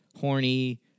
horny